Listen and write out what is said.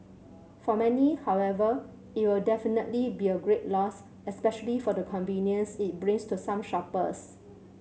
for many however it'll definitely be a great loss especially for the convenience it brings to some shoppers